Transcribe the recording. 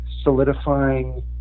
solidifying